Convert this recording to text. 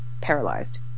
paralyzed